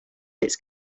its